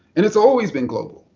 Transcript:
and it's always been global.